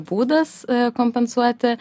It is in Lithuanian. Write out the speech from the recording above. būdas kompensuoti